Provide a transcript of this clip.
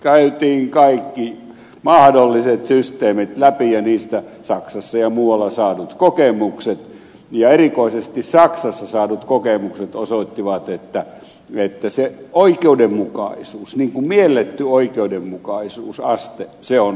käytiin läpi kaikki mahdolliset systeemit ja niistä saksassa ja muualla saadut kokemukset ja erikoisesti saksassa saadut kokemukset osoittivat että järjestelmän oikeudenmukaisuus ikään kuin mielletty oikeudenmukaisuusaste on todella korkea